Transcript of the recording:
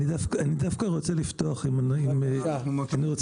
ויש